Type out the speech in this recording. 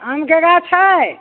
आमके गाछ छै